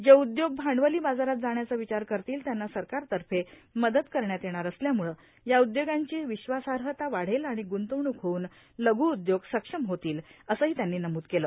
जे उदयोग भांडवली बाजारात जाण्याचा विचार करतील त्यांना सरकार तर्फे मदत करण्यात येणार असल्यामुळे या उदयोगांची विश्वासाहर्ता वाढेल आणि गुंतवणुक होऊन लघू उदयोग सक्षम होतील असेही त्यांनी नमूद केले